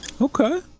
Okay